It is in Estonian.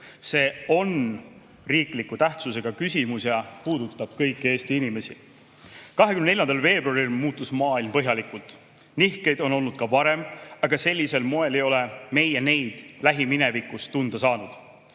See on riikliku tähtsusega küsimus ja puudutab kõiki Eesti inimesi.24. veebruaril muutus maailm põhjalikult. Nihkeid on olnud ka varem, aga sellisel moel ei ole meie neid lähiminevikus tunda saanud.